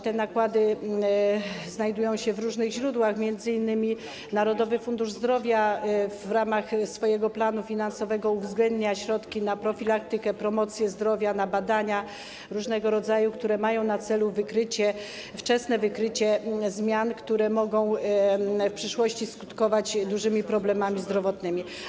Te nakłady znajdują się w różnych źródłach, m.in. Narodowy Fundusz Zdrowia w ramach swojego planu finansowego uwzględnia środki na profilaktykę, na promocję zdrowia, na różnego rodzaju badania, które mają na celu wczesne wykrycie zmian, które mogą w przyszłości skutkować dużymi problemami zdrowotnymi.